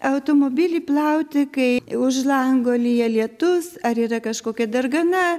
automobilį plauti kai už lango lyja lietus ar yra kažkokia dargana